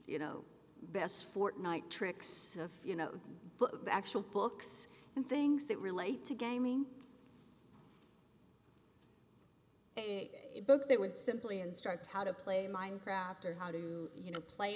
you know best fortnight tricks of you know actual books and things that relate to gaming it books that would simply instruct how to play minecraft or how to you know play